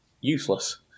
useless